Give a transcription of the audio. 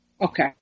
Okay